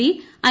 B I